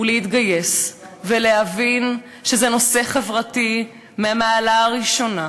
ולהתגייס ולהבין שזה נושא חברתי מהמעלה הראשונה,